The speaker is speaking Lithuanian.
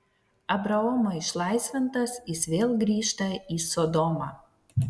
abraomo išlaisvintas jis vėl grįžta į sodomą